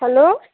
hello